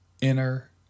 Inner